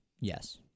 Yes